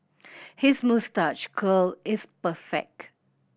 his moustache curl is perfect